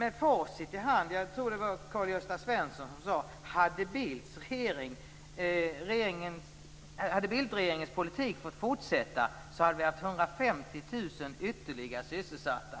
Jag tror att det var Karl-Gösta Svenson som med facit i hand ville påstå att om Bildtregeringens politik hade fått fortsätta, hade vi haft 150 000 ytterligare sysselsatta.